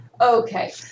Okay